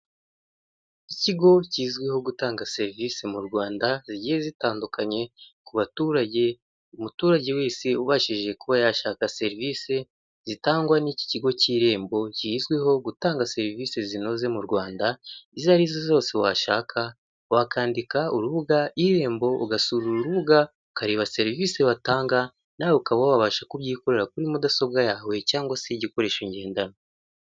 Ikigo kizwiho gutanga serivisi mu Rwanda zigiye zitandukanye ku baturage, umuturage wese ubashije kuba yashaka serivisi zitangwa n'ikigo k'Irembo kizwiho gutanga serivisi zinoze mu Rwanda, izo arizo zose washaka wakandika urubuga irembo ugasura urubuga ukareba serivisi batanga, nawe ukaba wabasha kubyikorera kuri mudasobwa yawe cyangwa se igikoresho ngendanwa.